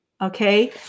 Okay